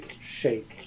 shape